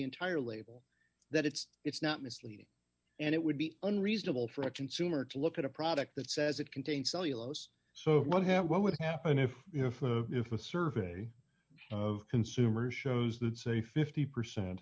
entire label that it's it's not misleading and it would be unreasonable for a consumer to look at a product that says it contains cellulose so what have what would happen if if if a survey of consumer shows that say fifty percent